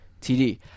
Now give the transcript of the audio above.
TD